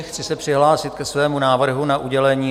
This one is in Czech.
Chci se přihlásit ke svému návrhu na udělení